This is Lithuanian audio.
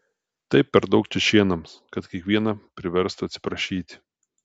tai per daug čečėnams kad kiekvieną priverstų atsiprašyti